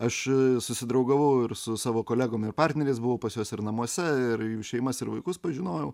aš susidraugavau ir su savo kolegom ir partneriais buvau pas juos ir namuose ir jų šeimas ir vaikus pažinojau